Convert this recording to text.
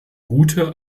gute